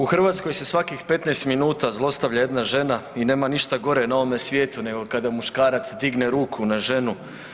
U Hrvatskoj se svakih 15 minuta zlostavlja jedna žena i nema ništa gore na ovome svijetu, nego kada muškarac digne ruku na ženu.